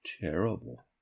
terrible